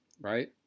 Right